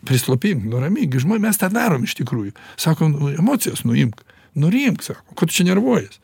prislopink nuramink gi žmo mes tą darom iš tikrųjų sakom nu emocijas nuimk nurimk sakom ko tu čia nervuojies